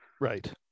right